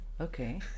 Okay